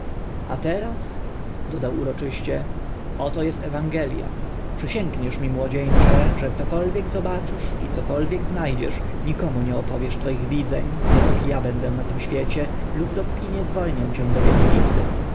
a teraz dodał uroczyście oto est ewangelia przysięgniesz mi młodzieńcze że cokolwiek zobaczysz i cokolwiek zna dziesz nikomu nie opowiesz twoich widzeń dopóki a będę na tym świecie lub dopóki nie zwolnię cię z obietnicy